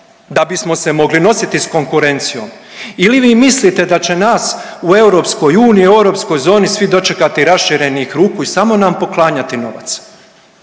da bismo se mogli nositi s konkurencijom, ili vi mislite da će nas u EU i europskoj zoni svi dočekati raširenih ruku i samo nam poklanjati novac?